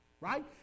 Right